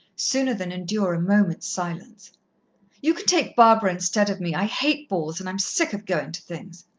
sooner than endure a moment's silence you can take barbara instead of me. i hate balls and i'm sick of going to things.